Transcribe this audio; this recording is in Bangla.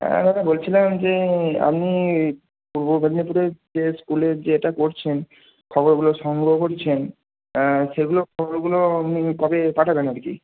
হ্যাঁ দাদা বলছিলাম যে আপনি পূর্ব মেদিনীপুরের যে স্কুলের যে এটা করছেন খবরগুলো সংগ্রহ করছেন সেগুলো খবরগুলো আপনি কবে পাঠাবেন আর কি